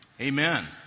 Amen